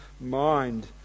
mind